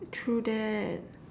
true that